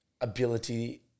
ability